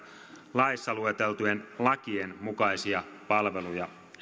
laissa lueteltujen lakien mukaisia palveluja